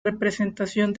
representación